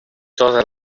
todas